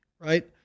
right